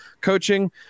coaching